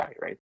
right